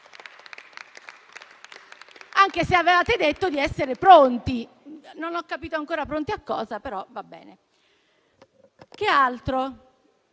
anche se avevate detto di essere pronti. Non ho capito ancora pronti a cosa, però va bene. Che altro?